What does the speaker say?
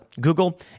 Google